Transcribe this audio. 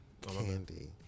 candy